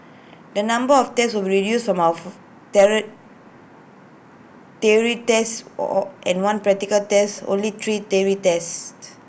the number of tests will be reduced from of theory tests or or and one practical test only three theory tests